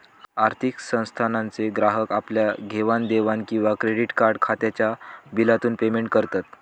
आर्थिक संस्थानांचे ग्राहक आपल्या घेवाण देवाण किंवा क्रेडीट कार्ड खात्याच्या बिलातून पेमेंट करत